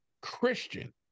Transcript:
Christian